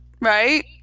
right